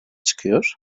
çıkıyor